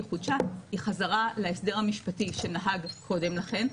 חודשה היא חזרה להסדר המשפטי שנהג קודם לכן,